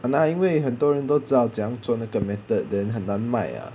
!hanna! 因为很多人都知道怎样做那个 method then 很难卖呀